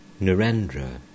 Narendra